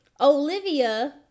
Olivia